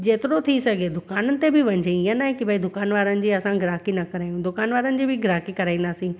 जेतिरो थी सघे दुकाननि ते बि वञिजे ईअं न आहे की दुकाननि वारनि जी असां ग्राहकी न करायूं दुकाननि वारनि जी बि ग्राहकी कराईंदासीं